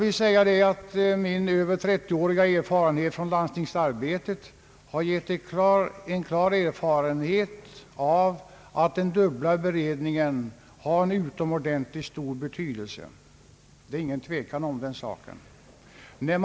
Min mer än 30-åriga erfarenhet från landstingsarbetet har gett mig en klar uppfattning att den dubbla beredningen har en utomordentligt stor betydelse. Det är ingen tvekan om den saken.